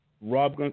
Rob